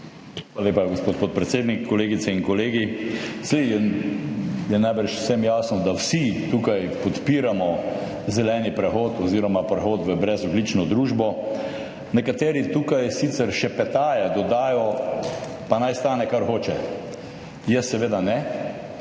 Hvala lepa, gospod podpredsednik. Kolegice in kolegi! Saj je najbrž vsem jasno, da vsi tukaj podpiramo zeleni prehod oziroma prehod v brezogljično družbo, nekateri tukaj sicer šepetaje dodajo, pa naj stane, kar hoče, jaz seveda ne,